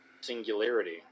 Singularity